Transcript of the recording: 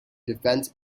defense